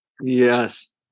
Yes